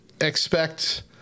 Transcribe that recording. expect